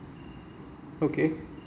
okay